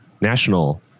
national